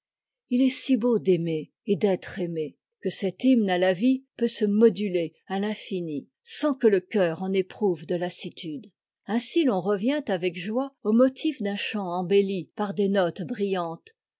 il est si beau d'aimer et d'être aimé que cet hymne de la vie peut se moduler à l'infini sans que le eceur en éprouve de lassitude ainsi l'on revient avec joie au motif d'un chant embelli par des romoms des notes brillantes